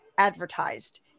advertised